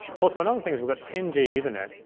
also another thing is we got ten g ethernet.